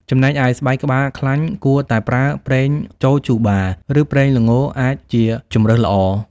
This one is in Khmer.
ចំណែកឯ ស្បែកក្បាលខ្លាញ់គួរតែប្រើ ប្រេងចូជូបា ឬប្រេងល្ងអាចជាជម្រើសល្អ។